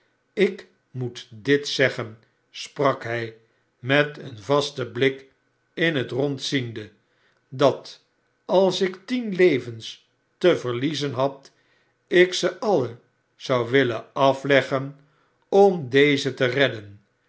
ik moet dit zeggen sprak hij met een vasten blik in het rond ziende s dat als ik tien levens te verliezen had ik ze alien zou willen afleggen om dezen te redden